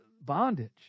bondage